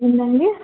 ఏంటండీ